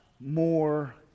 more